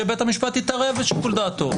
שבית המשפט יתערב בשיקול דעתו,